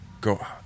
go